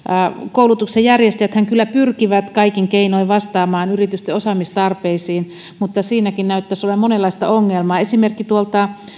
koulutuksen järjestäjäthän kyllä pyrkivät kaikin keinoin vastaamaan yritysten osaamistarpeisiin mutta siinäkin näyttäisi olevan monenlaista ongelmaa esimerkki tuolta